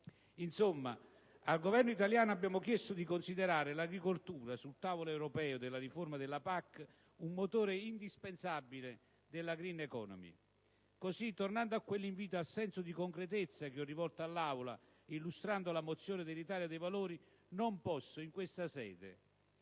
Insomma, al Governo italiano abbiamo chiesto di considerare l'agricoltura, sul tavolo europeo della riforma della PAC, un motore indispensabile della *green economy*. Tornando a quell'invito al senso di concretezza che ho rivolto all'Aula illustrando la mozione dell'Italia dei Valori, non posso in questa sede